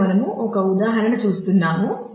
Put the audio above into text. ఇక్కడ మనము ఒక ఉదాహరణ చూస్తున్నాము